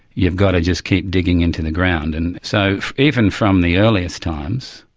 you've got to just keep digging into the ground. and so even from the earliest times,